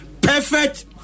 perfect